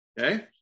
Okay